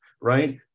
right